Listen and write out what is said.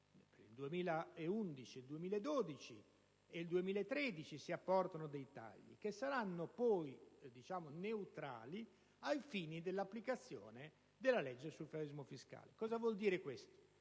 nel 2011, 2012 e 2013 si apporteranno dei tagli che saranno poi neutrali ai fini dell'applicazione della legge sul federalismo fiscale. Cosa vuol dire questo?